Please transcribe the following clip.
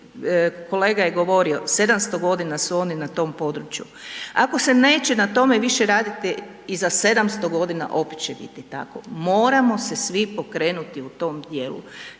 kolega je govorio, 700.g. su oni na tom području. Ako se neće na tome više raditi iza 700.g. opet će biti tako. Moramo se svi pokrenuti u tom dijelu